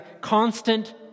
constant